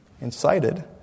incited